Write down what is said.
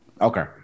Okay